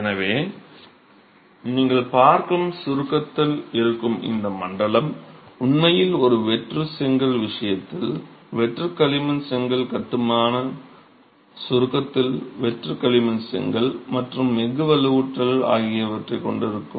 எனவே நீங்கள் பார்க்கும் சுருக்கத்தில் இருக்கும் இந்த மண்டலம் உண்மையில் ஒரு வெற்று செங்கல் விஷயத்தில் வெற்று களிமண் செங்கல் கட்டுமானம் சுருக்கத்தில் வெற்று களிமண் செங்கல் மற்றும் எஃகு வலுவூட்டல் ஆகியவற்றைக் கொண்டிருக்கும்